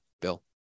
bill